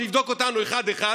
שיבדוק אותנו אחד-אחד,